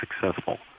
successful